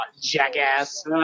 jackass